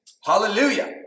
Hallelujah